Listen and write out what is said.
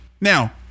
now